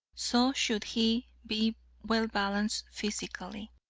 so should he be well-balanced physically,